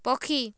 ପକ୍ଷୀ